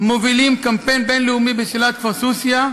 מובילים קמפיין בין-לאומי בשאלת כפר סוסיא,